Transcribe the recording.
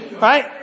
right